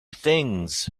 things